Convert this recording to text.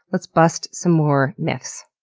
let's bust some more myths.